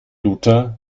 luther